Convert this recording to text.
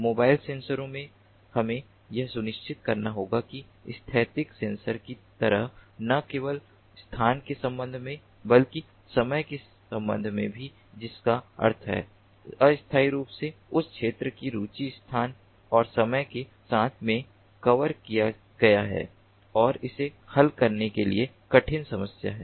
mobile सेंसरों में हमें यह सुनिश्चित करना होगा कि स्थैतिक सेंसर की तरह न केवल स्थान के संबंध में बल्कि समय के संबंध में भी जिसका अर्थ है कि अस्थायी रूप से उस क्षेत्र का रुचि स्थान और समय के साथ में कवर किया गया है और इसे हल करने के लिए कठिन समस्या है